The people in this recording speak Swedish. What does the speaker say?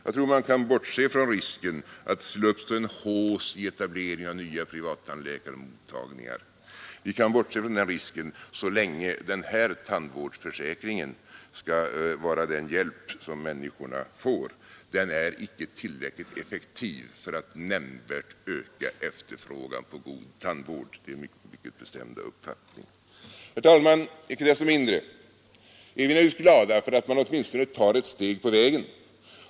Jag tror man kan bortse från risken att det skulle uppstå en hausse i etablering av nya privattandläkarmottagningar. Vi kan bortse från den risken så länge den här tandvårdsförsäkringen skall vara den hjälp som människorna får. Den är icke tillräckligt effektiv för att nämnvärt öka efterfrågan på god tandvård — det är min mycket bestämda uppfattning. Herr talman! Icke desto mindre är vi naturligtvis glada för att man åtminstone tar ett steg på vägen.